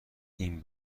این